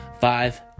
five